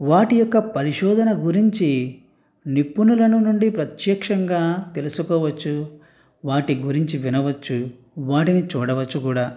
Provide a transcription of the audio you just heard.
వాటియొక్క పరిశోధన గురించి నిపుణుల నుండి ప్రత్యక్షంగా తెలుసుకోవచ్చు వాటి గురించి వినవచ్చు వాటిని చూడవచ్చు కూడా